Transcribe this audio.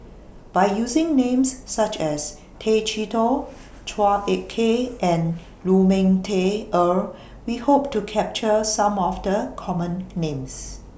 By using Names such as Tay Chee Toh Chua Ek Kay and Lu Ming Teh Earl We Hope to capture Some of The Common Names